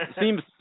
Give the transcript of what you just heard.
Seems